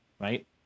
right